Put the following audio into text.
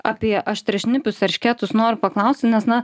apie aštriašnipius eršketus noriu paklausti nes na